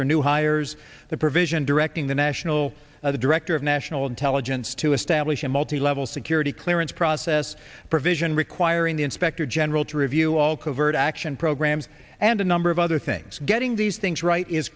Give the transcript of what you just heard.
for new hires the provision directing the national director of national intelligence to establish a multi level security clearance process provision requiring the inspector general to review all covert action programs and a number of other things getting these things right is